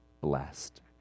Blessed